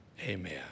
Amen